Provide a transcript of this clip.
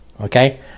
okay